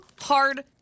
hard